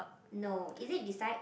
no is it beside